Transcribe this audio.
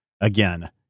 Again